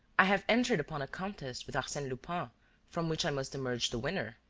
i have entered upon a contest with arsene lupin from which i must emerge the winner.